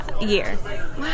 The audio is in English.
year